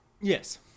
Yes